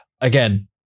again